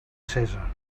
cèsar